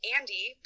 Andy